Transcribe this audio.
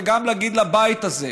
וגם להגיד לבית הזה,